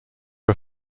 are